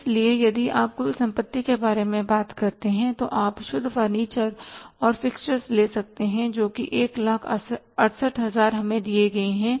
इसलिए यदि आप कुल संपत्ति के बारे में बात करते हैं तो आप शुद्ध फर्नीचर और फिक्सचर्स ले सकते हैं जो कि 168000 हमें दिए गए हैं